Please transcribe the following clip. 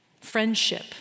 friendship